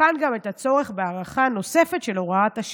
נבחן גם את הצורך בהארכה נוספת של הוראת השעה.